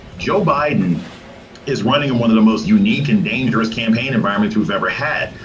joe biden is running and one of the most unique and dangerous campaign environments we've ever had.